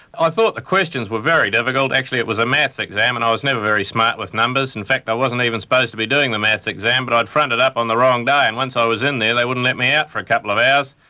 i thought the questions were very difficult. actually it was a maths exam and i was never very smart with numbers. in fact i wasn't even supposed to be doing the maths exam but i'd fronted up on the wrong day, and once i was in there they wouldn't let me out for a couple of hours.